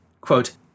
Quote